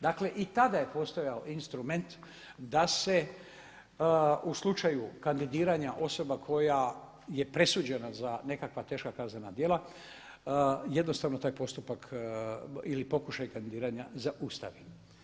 Dakle i tada je postojao instrument da se u slučaju kandidiranja osoba koja je presuđena za nekakva teška kaznena djelo jednostavno taj postupak ili pokušaj kandidiranja zaustavi.